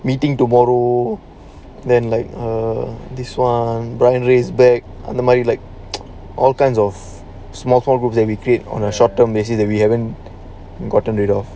meeting tomorrow then like err this one brian race back on the money like all kinds of small small group and we fit on a short term basis that we haven't gotten laid off